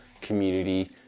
community